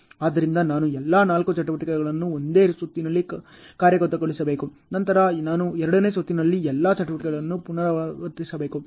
ಆದ್ದರಿಂದ ನಾನು ಎಲ್ಲಾ ನಾಲ್ಕು ಚಟುವಟಿಕೆಗಳನ್ನು ಒಂದೇ ಸುತ್ತಿನಲ್ಲಿ ಕಾರ್ಯಗತಗೊಳಿಸಬೇಕು ನಂತರ ನಾನು ಎರಡನೇ ಸುತ್ತಿನಲ್ಲಿ ಎಲ್ಲಾ ಚಟುವಟಿಕೆಗಳನ್ನು ಪುನರಾವರ್ತಿಸಬೇಕು